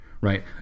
right